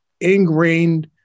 ingrained